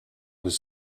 was